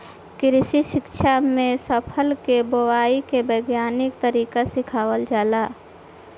कृषि शिक्षा में फसल के बोआई के वैज्ञानिक तरीका सिखावल जाला